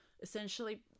essentially